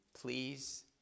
please